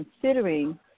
considering